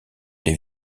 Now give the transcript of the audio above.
les